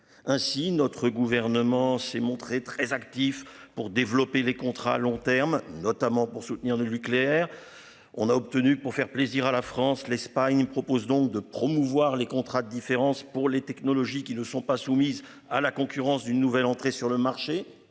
ainsi notre gouvernement s'est montré très actif pour développer les contrats à long terme, notamment pour soutenir le le nucléaire. On a obtenu pour faire plaisir à la France, l'Espagne propose donc de promouvoir les contrats différence pour les technologies qui ne sont pas soumises à la concurrence d'une nouvelle entrée sur le marché